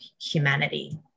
humanity